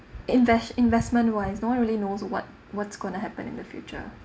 invest investment wise no one really knows what what's going to happen in the future